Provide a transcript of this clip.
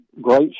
great